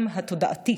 גם התודעתית,